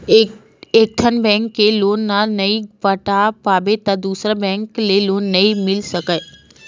एकठन बेंक के लोन ल नइ पटा पाबे त दूसर बेंक ले लोन नइ मिल सकय